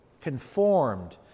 conformed